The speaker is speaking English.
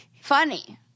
funny